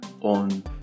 on